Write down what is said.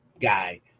guy